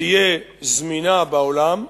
תהיה זמינה בעולם,